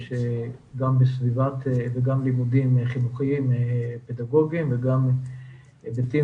וגם לימודים חינוכיים פדגוגיים וגם היבטים